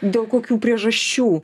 dėl kokių priežasčių